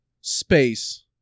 space